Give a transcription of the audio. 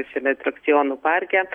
šaime atrakcionų parke